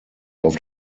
auf